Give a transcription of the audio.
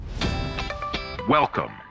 welcome